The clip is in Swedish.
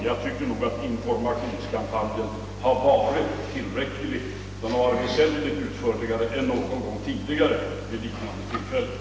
Jag tycker att informationskampanjen har varit tillräcklig. Den har varit väsentligt utförligare än vid tidigare liknande tillfällen.